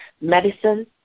medicine